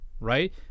right